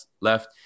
left